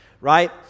right